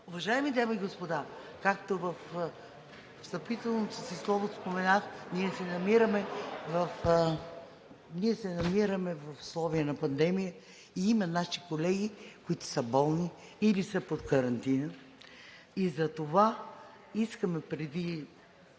Уважаеми дами и господа, както споменах във встъпителното си слово, ние се намираме в условия на пандемия и има наши колеги, които са болни или са под карантина. Затова искаме преди